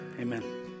amen